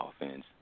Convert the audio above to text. offense